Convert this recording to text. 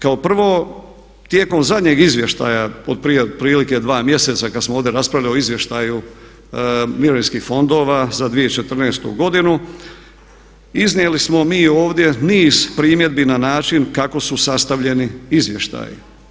Kao prvo tijekom zadnjeg izvještaja od prije otprilike 2 mjeseca kad smo ovdje raspravljali o izvještaju mirovinskih fondova za 2014. godinu iznijeli smo mi ovdje niz primjedbi na način kako su sastavljeni izvještaji.